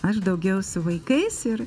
aš daugiau su vaikais ir